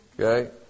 okay